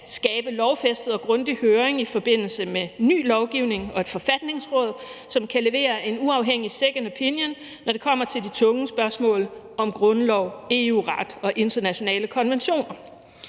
skabe lovfæstet og grundig høring i forbindelse med ny lovgivning og et forfatningsråd, som kan levere en uafhængig second opinion, når det kommer til de tunge spørgsmål om grundloven, EU-ret og internationale konventioner.